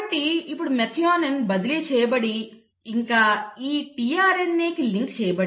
కాబట్టి ఇప్పుడు మెథియోనిన్ బదిలీ చేయబడి ఇంకా ఈ tRNAకి లింక్ చేయబడింది